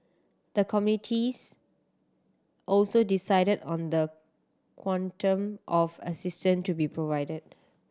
the committees also decided on the quantum of assistance to be provided